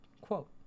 quote